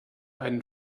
einen